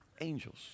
angels